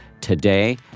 today